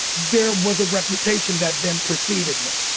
there was a reputation that then preceded me.